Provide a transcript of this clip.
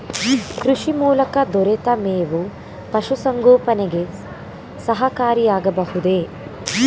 ಕೃಷಿ ಮೂಲಕ ದೊರೆತ ಮೇವು ಪಶುಸಂಗೋಪನೆಗೆ ಸಹಕಾರಿಯಾಗಬಹುದೇ?